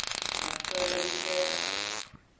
ᱢᱩᱠᱛᱚᱭ ᱞᱟᱹᱜᱤᱫ ᱛᱮ